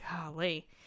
Golly